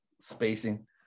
spacing